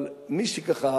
אבל מי שככה